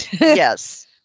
Yes